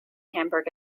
hamburg